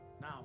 Now